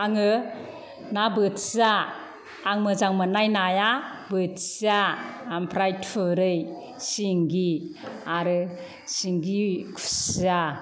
आङो ना बोथिया आं मोजां मोननाय नाया बोथिया ओमफ्राय थुरै सिंगि आरो सिंगि खुसिया